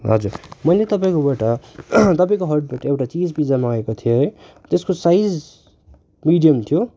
हजुर मैले तपाईँकोबाट तपाईँको हटबाट एउटा चिज पिज्जा मगाएको थिएँ है त्यसको साइज मिडियम थियो